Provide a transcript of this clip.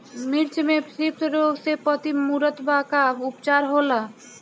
मिर्च मे थ्रिप्स रोग से पत्ती मूरत बा का उपचार होला?